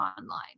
online